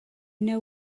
know